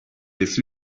this